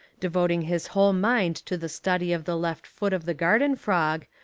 devoting his whole mind to the study of the left foot of the garden frog,